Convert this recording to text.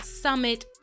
Summit